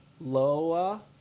loa